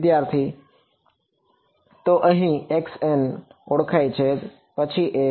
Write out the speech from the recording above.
વિદ્યાર્થી તો અહીં n ઓળખાય છે પછી એ